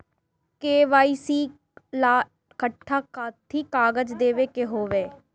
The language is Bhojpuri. के.वाइ.सी ला कट्ठा कथी कागज देवे के होई?